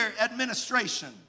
Administration